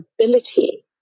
ability